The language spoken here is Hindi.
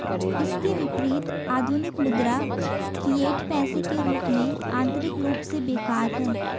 इसके विपरीत, आधुनिक मुद्रा, फिएट पैसे के रूप में, आंतरिक रूप से बेकार है